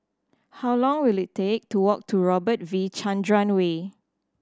how long will it take to walk to Robert V Chandran Way